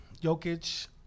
Jokic